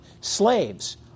slaves